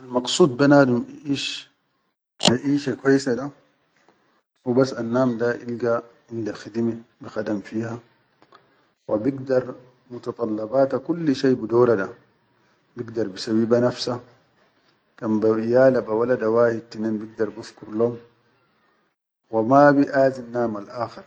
Almaqsud be nadum iʼish maʼishe kwase da, hubas annam da ilga inda khidime, bikhadam fiha, wa bigdar mutallabata kulli shai bidora da bigdar bisawwi be nafsa, kan be iyala be walada wahid- tinen, bigdar bifkur lom, wa ma biʼazinnadum al-akhar,